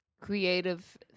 creative